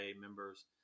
members